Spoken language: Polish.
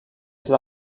dla